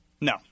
No